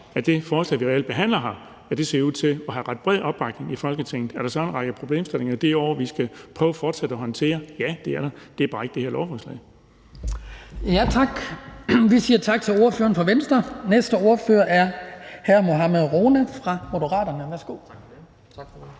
at det forslag, vi reelt behandler her, har udsigt til at have ret bred opbakning i Folketinget. Er der så en række problemstillinger derudover, vi fortsat skal prøve at håndtere? Ja, det er der. Det er bare ikke med det her lovforslag.